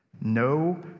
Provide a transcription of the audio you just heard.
No